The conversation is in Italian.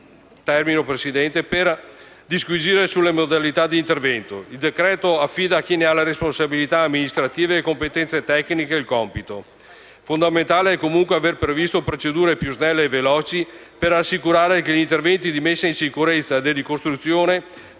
questa la sede per disquisire sulle modalità di intervento: il decreto-legge affida a chi ha responsabilità amministrative e competenze tecniche tale compito. Fondamentale è comunque aver previsto procedure più snelle e veloci per assicurare che gli interventi di messa in sicurezza e di ricostruzione